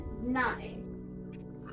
nine